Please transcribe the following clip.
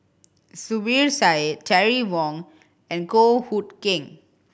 Zubir Said Terry Wong and Goh Hood Keng